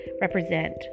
represent